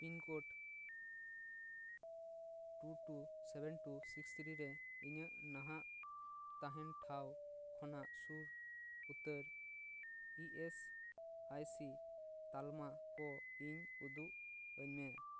pin code two two seven two six three ᱨᱮ ᱤᱧᱟᱹᱜ ᱱᱟᱦᱟᱜ ᱛᱟᱦᱮᱱ ᱴᱷᱟᱶ ᱠᱷᱚᱱᱟᱜ ᱥᱩᱨ ᱩᱛᱟᱹᱨ ᱤ ᱮᱥ ᱟᱭ ᱥᱤ ᱛᱟᱞᱢᱟ ᱠᱚ ᱤᱧ ᱩᱫᱩᱜ ᱟᱹᱧᱢᱮ